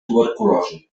tuberculosi